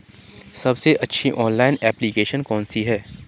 सबसे अच्छी online application कौन सी है?